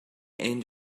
end